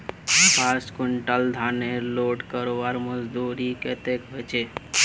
पाँच कुंटल धानेर लोड करवार मजदूरी कतेक होचए?